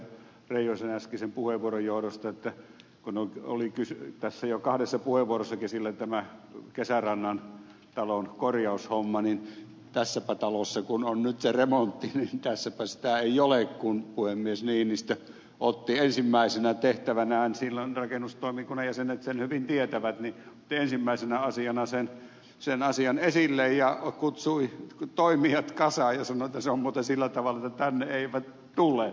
reijosen äskeisen puheenvuoron johdosta että kun oli tässä jo kahdessa puheenvuorossa esillä tämä kesärannan talon korjaushomma niin tässäpä talossa kun on nyt se remontti sitä ei ole kun puhemies niinistö otti ensimmäisenä tehtävänään silloin rakennustoimikunnan jäsenet sen hyvin tietävät sen asian esille ja kutsui toimijat kasaan ja sanoi että se on muuten sillä tavalla että tänne eivät tule